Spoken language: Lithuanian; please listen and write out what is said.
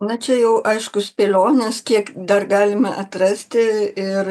na čia jau aišku spėlionės kiek dar galime atrasti ir